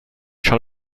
shall